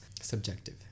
subjective